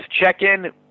check-in